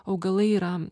augalai yra